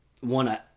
one